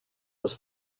was